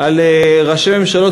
ראש הממשלה נתניהו,